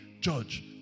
judge